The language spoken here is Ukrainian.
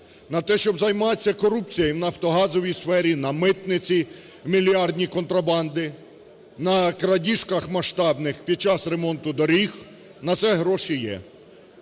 на те, щоб займатись корупцією в нафтогазовій сфері, на митниці мільярдні контрабанди, на крадіжках масштабних під час ремонту доріг, на це гроші є.